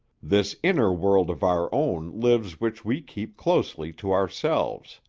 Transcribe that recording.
this inner world of our own lives which we keep closely to ourselves!